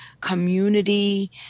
community